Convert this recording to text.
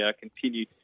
continue